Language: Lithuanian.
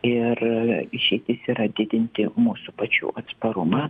ir išeitis yra didinti mūsų pačių atsparumą